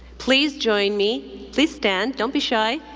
please join me, please stand, don't be shy,